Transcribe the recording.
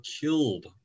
killed